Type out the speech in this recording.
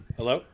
Hello